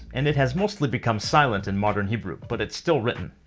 and it has mostly become silent in modern hebrew. but it's still written.